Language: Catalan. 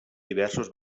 diversos